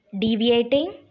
deviating